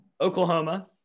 Oklahoma